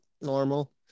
normal